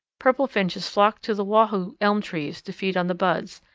purple finches flock to the wahoo elm trees to feed on the buds,